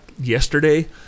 yesterday